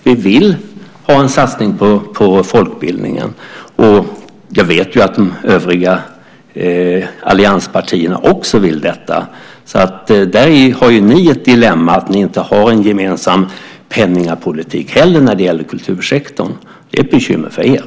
Vi vill ha en satsning på folkbildningen. Jag vet ju att de övriga allianspartierna också vill detta. Där har ni ett dilemma, att ni inte har en gemensam penningpolitik när det gäller kultursektorn heller. Det är ett bekymmer för er.